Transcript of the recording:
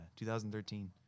2013